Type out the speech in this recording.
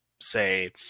say